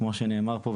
כמו שנאמר פה,